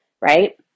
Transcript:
right